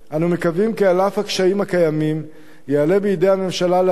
אנו מקווים כי על אף הקשיים הקיימים יעלה בידי הממשלה להביא